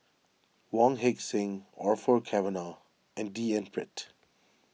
Wong Heck Sing Orfeur Cavenagh and D N Pritt